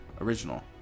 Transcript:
Original